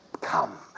Come